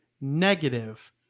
negative